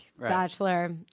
Bachelor